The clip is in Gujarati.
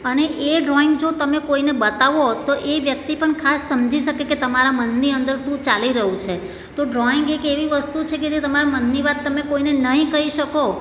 અને એ ડ્રોઈંગ જો તમે કોઈને બતાવો તો એ વ્યક્તિ પણ ખાસ સમજી શકે કે તમારા મનની અંદર શું ચાલી રહ્યું છે તો ડ્રોઈંગ એક એવી વસ્તુ છે કે જે તમારા મનની વાત તમે કોઈને નહિ કહી શકો